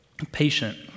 Patient